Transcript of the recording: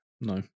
No